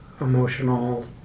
emotional